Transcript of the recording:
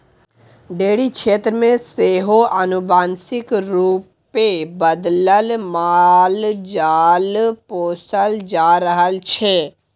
dairy क्षेत्र मे सेहो आनुवांशिक रूपे बदलल मालजाल पोसल जा रहल छै